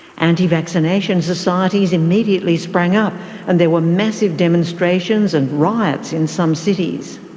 anti-vaccination societies immediately sprang up and there were massive demonstrations and riots in some cities.